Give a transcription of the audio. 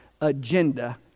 agenda